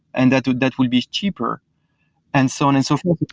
and that that will be cheaper and so on and so forth.